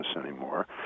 anymore